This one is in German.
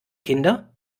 kinder